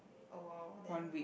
awhile then